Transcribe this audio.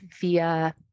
via